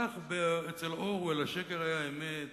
כך אצל אורוול, השקר היה אמת